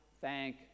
thank